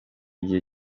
gihe